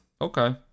Okay